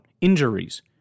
Injuries